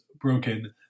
broken